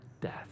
death